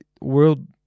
world